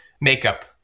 makeup